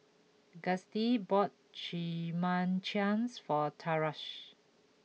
Gustie bought Chimichangas for Tarsha